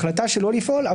החלטה שלא לפעול,